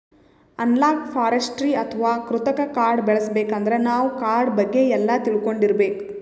analogue forestry ಅಥವಾ ಕೃತಕ್ ಕಾಡ್ ಬೆಳಸಬೇಕಂದ್ರ ನಾವ್ ಕಾಡ್ ಬಗ್ಗೆ ಎಲ್ಲಾ ತಿಳ್ಕೊಂಡಿರ್ಬೇಕ್